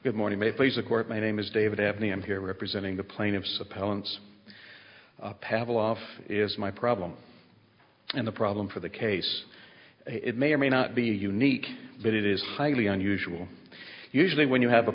good morning may please the court my name is david abney i'm here representing the plaintiffs appellants pavel off is my problem and the problem for the case it may or may not be unique but it is highly unusual usually when you have a